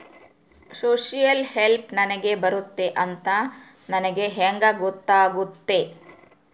Social help ನನಗೆ ಬರುತ್ತೆ ಅಂತ ನನಗೆ ಹೆಂಗ ಗೊತ್ತಾಗುತ್ತೆ?